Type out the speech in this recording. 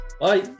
Bye